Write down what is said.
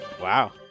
Wow